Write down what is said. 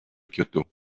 kyoto